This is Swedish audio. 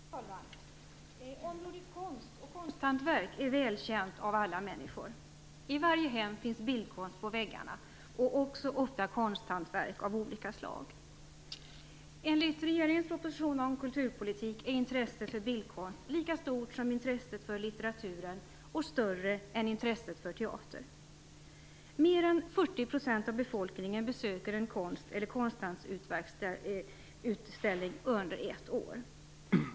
Herr talman! Området konst och konsthantverk är välkänt för alla människor. I varje hem finns bildkonst på väggarna och ofta också konsthantverk av olika slag. Enligt regeringens proposition om kulturpolitik är intresset för bildkonst lika stort som intresset för litteratur och större än intresset för teater. Mer än 40 % av befolkningen besöker en konst eller konsthantverksutställning under ett år.